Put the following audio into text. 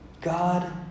God